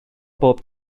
bob